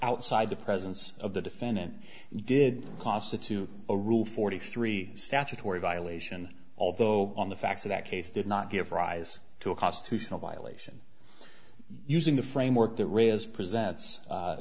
outside the presence of the defendant did cost it to a rule forty three statutory violation although on the facts of that case did not give rise to a constitutional violation using the framework that raises present